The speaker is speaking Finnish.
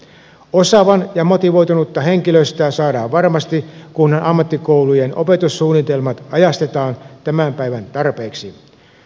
osaavaa ja motivoinutta henkilöstä saadaan varmasti kun ammattikoulujen opetussuunnitelmat ajastetaan tämän päivän tarpeisiin